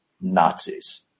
Nazis